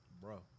bro